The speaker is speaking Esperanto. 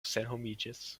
senhomiĝis